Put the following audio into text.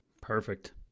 Perfect